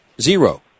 Zero